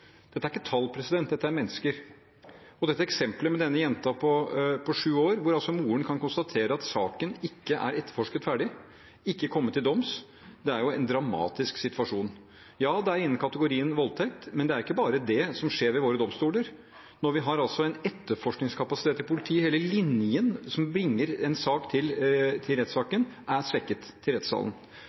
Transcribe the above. dette er mennesker. Eksemplet med denne jenta på sju år, hvor altså moren kan konstatere at saken ikke er ferdig etterforsket, ikke er kommet til doms – det er jo en dramatisk situasjon. Ja, det er innenfor kategorien voldtekt, men det er ikke bare det som skjer ved våre domstoler, når vi altså har en etterforskningskapasitet i politiet der hele linjen som bringer en sak til rettssalen, er svekket.